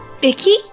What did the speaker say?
Vicky